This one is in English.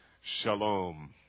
shalom